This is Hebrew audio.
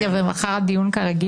גלעד, אשמח שלא תעזור לי.